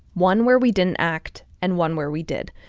one where we didn't act and one where we did.